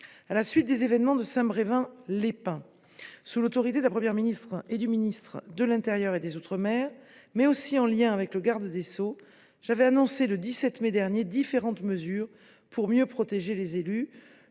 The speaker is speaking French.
À la suite des événements de Saint Brevin les Pins, sous l’autorité de la Première ministre et du ministre de l’intérieur et des outre mer, en lien également avec le garde des sceaux, j’ai annoncé le 17 mai dernier différentes mesures pour mieux protéger les élus.